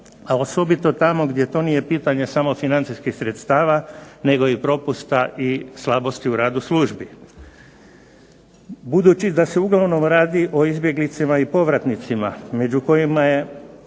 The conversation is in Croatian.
a osobito tamo gdje to nije pitanje samo financijskih sredstava nego i propusta i slabosti u radu službi. Budući da se uglavnom radi o izbjeglicama i povratnicima među kojima je